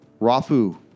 Rafu